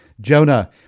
Jonah